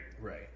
Right